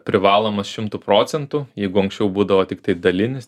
privalomas šimtu procentų jeigu anksčiau būdavo tiktai dalinis